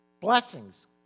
Blessings